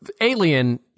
alien